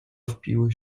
wpiły